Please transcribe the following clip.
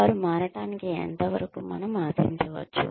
వారు మారటానికి ఎంతవరకు మనం ఆశించవచ్చు